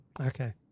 okay